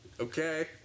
Okay